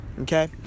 Okay